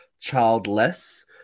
childless